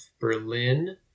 Berlin